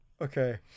Okay